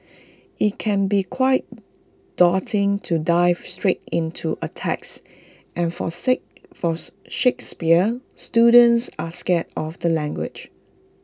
IT can be quite daunting to dive straight into A text and for forth Shakespeare students are scared of the language